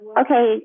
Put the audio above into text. okay